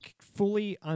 fully